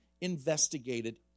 investigated